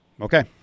okay